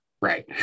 right